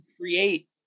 create